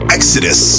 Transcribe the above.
Exodus